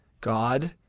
God